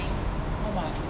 oh my